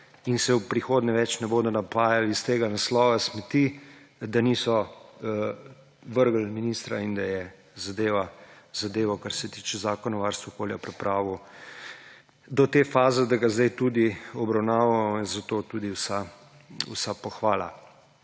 in se v prihodnje več ne bodo napajali iz tega naslova smeti, da niso vrgli ministra in da je zadevo, kar se tiče Zakona o varstvu okolja, pripravil do te faze, da ga zdaj tudi obravnavamo. Zato tudi vsa pohvala